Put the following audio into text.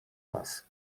was